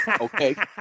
okay